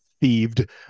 Thieved